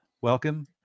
Welcome